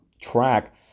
track